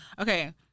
Okay